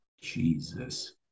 Jesus